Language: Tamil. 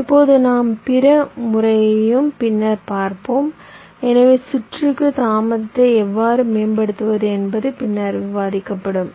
இப்போது நாம் பிற முறையையும் பின்னர் பார்ப்போம் எனவே சுற்றுக்கு தாமதத்தை எவ்வாறு மேம்படுத்துவது என்பது பின்னர் விவாதிக்கப்படும்